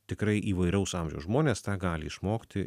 tikrai įvairaus amžiaus žmonės tą gali išmokti